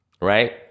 right